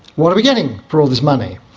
what are we getting for all this money?